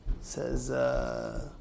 says